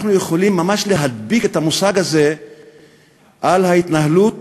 אנחנו יכולים ממש להדביק את המושג הזה על ההתנהלות